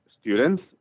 students